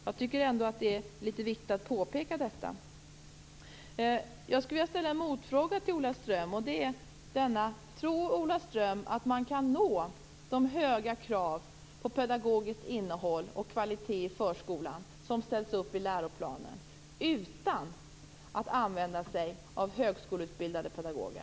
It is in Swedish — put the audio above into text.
Det är ändå viktigt att påpeka detta. Jag skulle vilja ställa en motfråga till Ola Ström. Tror Ola Ström att man kan uppnå de höga krav på pedagogiskt innehåll och kvalitet i förskolan som ställs upp i läroplanen utan att använda sig av högskoleutbildade pedagoger?